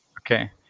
Okay